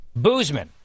Boozman